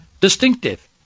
distinctive